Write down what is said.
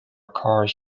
cars